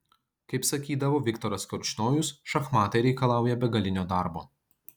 kaip sakydavo viktoras korčnojus šachmatai reikalauja begalinio darbo